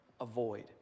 avoid